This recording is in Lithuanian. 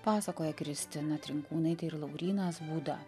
pasakoja kristina trinkūnaitė ir laurynas būda